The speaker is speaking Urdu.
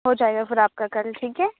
ہو جائے گا پھر آپ کا کل ٹھیک ہے